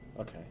okay